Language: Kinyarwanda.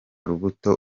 rubuto